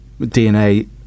DNA